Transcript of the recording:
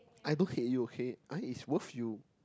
I don't okay I is woof you